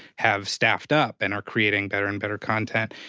have staffed up and are creating better and better content.